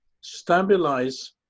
stabilize